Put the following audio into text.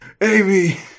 Amy